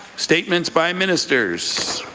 statements by ministers